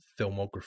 filmography